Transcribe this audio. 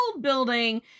building